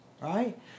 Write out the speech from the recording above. right